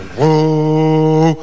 Whoa